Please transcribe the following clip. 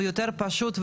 ויותר פשוט,